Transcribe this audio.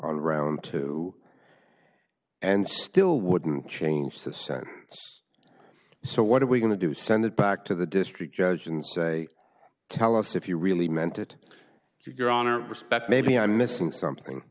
around him too and still wouldn't change the said so what are we going to do send it back to the district judge and say tell us if you really meant it your honor respect maybe i'm missing something